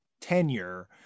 tenure